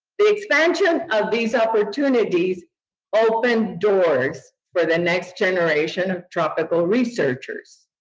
the expansion of these opportunities opened doors for the next generation of tropical researchers.